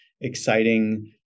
exciting